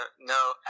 No